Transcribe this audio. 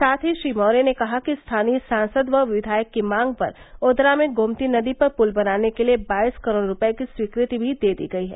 साथ ही श्री मौर्य ने कहा कि स्थानीय सांसद व विधायक की मांग पर ओदरा में गोमती नदी पर पुल बनाने के लिए बाइस करोड़ रुपए की स्वीकृति भी दे दी गई है